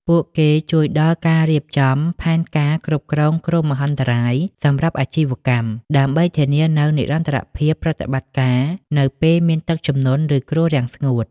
ពួកគេជួយដល់ការរៀបចំផែនការគ្រប់គ្រងគ្រោះមហន្តរាយសម្រាប់អាជីវកម្ម ដើម្បីធានានូវនិរន្តរភាពប្រតិបត្តិការ នៅពេលមានទឹកជំនន់ ឬគ្រោះរាំងស្ងួត។